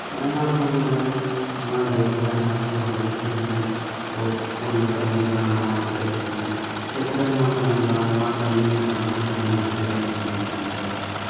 ᱟᱭᱢᱟ ᱨᱚᱠᱚᱢ ᱢᱟᱱᱮ ᱱᱚᱣᱟ ᱫᱮᱥ ᱨᱮᱱ ᱟᱨ ᱵᱷᱚᱵᱤᱥᱥᱚ ᱯᱚᱨᱤᱵᱚᱨᱛᱚᱱ ᱦᱩᱭᱩᱜ ᱠᱟᱱᱟ ᱱᱚᱣᱟ ᱪᱟᱹᱠᱨᱤ ᱪᱟᱹᱠᱨᱤ ᱟᱭᱢᱟ ᱠᱚ ᱧᱟᱢᱫᱟ ᱟᱭᱢᱟ ᱠᱟᱹᱢᱤ ᱟᱭᱢᱟ ᱨᱚᱠᱚᱢ ᱠᱟᱹᱢᱤ ᱦᱟᱛᱮ ᱨᱮᱱᱟᱜ ᱠᱟᱹᱢᱤ ᱠᱚ ᱪᱮᱫ ᱫᱟ